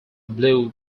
blue